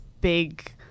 big